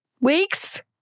Weeks